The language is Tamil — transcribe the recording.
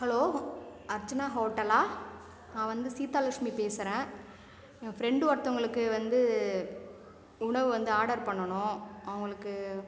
ஹலோ அர்ச்சனா ஹோட்டலா நான் வந்து சீத்தாலக்ஷ்மி பேசுகிறேன் ஏன் ஃப்ரெண்டு ஒருத்தவங்களுக்கு வந்து உணவு வந்து ஆர்டர் பண்ணணும் அவங்களுக்கு